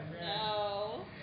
No